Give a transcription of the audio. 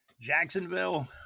Jacksonville